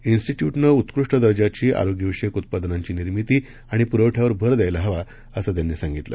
निस्टिट्युटनं उत्कृष्ट दर्जाची आरोग्य विषयक उत्पादनांची निर्मिती आणि पुरवठ्यावर भर द्यायला हवा असं त्यांनी सांगितलं